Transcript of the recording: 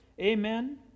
amen